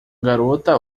garota